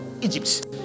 Egypt